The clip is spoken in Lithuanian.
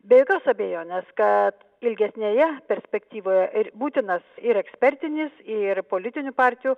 be jokios abejones kad ilgesnėje perspektyvoje ir būtinas ir ekspertinis ir politinių partijų